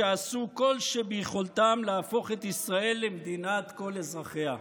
שעשו כל שביכולתם גם להפוך את ישראל למדינת כל אזרחיה.